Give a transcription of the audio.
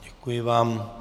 Děkuji vám.